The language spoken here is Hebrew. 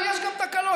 ויש גם תקלות.